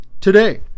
Today